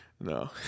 No